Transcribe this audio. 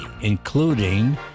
including